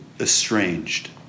estranged